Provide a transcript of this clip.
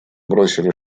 бросили